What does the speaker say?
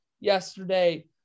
yesterday